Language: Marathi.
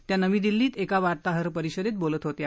त्या नवी दिल्लीत एका वार्ताहर परिषदेत बोलत होत्या